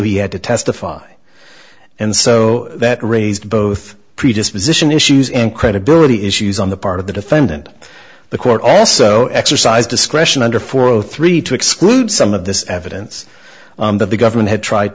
he had to testify and so that raised both predisposition issues and credibility issues on the part of the defendant the court also exercise discretion under four o three to exclude some of this evidence that the government had tried